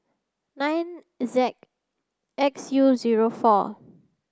nine Z X U zero four